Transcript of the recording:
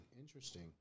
Interesting